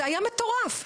זה פשוט מטורף.